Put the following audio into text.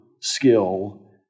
skill